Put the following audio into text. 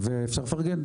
ואפשר לפרגן.